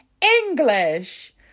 English